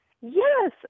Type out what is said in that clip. Yes